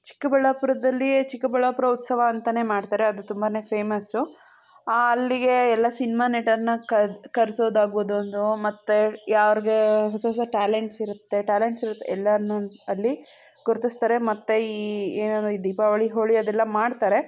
ಚಿಕ್ಕಬಳ್ಳಾಪುರದಲ್ಲಿಯೇ ಚಿಕ್ಕಬಳ್ಳಾಪುರ ಉತ್ಸವ ಅಂತಲೇ ಮಾಡ್ತಾರೆ ಅದು ತುಂಬನೇ ಫೇಮಸ್ಸು ಅಲ್ಲಿಗೆ ಎಲ್ಲ ಸಿನಿಮಾ ನಟರನ್ನು ಕರೆಸೋದಾಗ್ಬೋದು ಒಂದು ಮತ್ತೆ ಯಾರಿಗೆ ಹೊಸ ಹೊಸ ಟ್ಯಾಲೆಂಟ್ಸ್ ಇರುತ್ತೆ ಟ್ಯಾಲೆಂಟ್ಸ್ ಇರುತ್ತೆ ಎಲ್ರನ್ನೂ ಅಲ್ಲಿ ಗುರುತಿಸ್ತಾರೆ ಮತ್ತು ಈ ಏನೇನೋ ಈ ದೀಪಾವಳಿ ಹೋಳಿ ಅದೆಲ್ಲ ಮಾಡ್ತಾರೆ